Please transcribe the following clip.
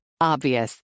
Obvious